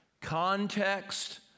Context